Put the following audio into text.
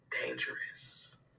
dangerous